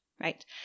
right